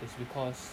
it's because